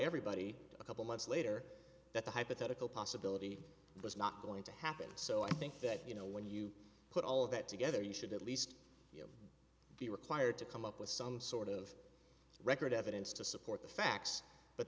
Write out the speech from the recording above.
everybody a couple months later that the hypothetical possibility was not going to happen so i think that you know when you put all of that together you should at least be required to come up with some sort of record evidence to support the facts but